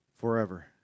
forever